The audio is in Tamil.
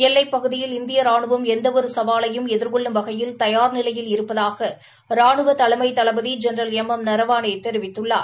எல்லைப் பகுதியில் இந்திய ராணுவம் எந்த ஒரு சவாலையும் எதிர்கொள்ளும் வகையில் தயார் நிலையில் இருப்பதாக ராணுவ தலைமை தளபதி ஜெனதல் எம் எம் நரவாணே தெரிவித்துள்ளார்